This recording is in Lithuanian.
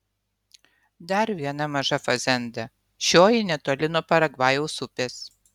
dar viena maža fazenda šioji netoli nuo paragvajaus upės